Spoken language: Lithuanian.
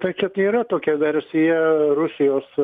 tai čia tai yra tokia versija rusijos